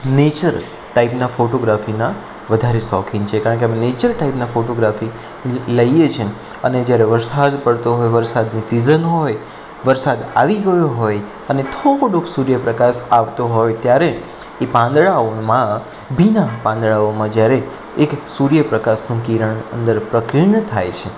nature ટાઈપના ફોટોગ્રાફીના વધારે શોખીન છીએ કારણ કે અમે નેચર ટાઈપના ફોટોગ્રાફી લઇએ છીએ અને જ્યારે વરસાદ પડતો હોય વરસાદની સિઝન હોય વરસાદ આવી ગયો હોય અને થોડોક સૂર્યપ્રકાશ આવતો હોય ત્યારે એ પાંદડાઓમાં ભીના પાંદડાઓમાં જ્યારે એક સૂર્ય પ્રકાશનું કિરણ અંદર પ્રકિર્ણ થાય છે